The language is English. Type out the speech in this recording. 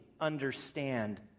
understand